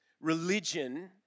religion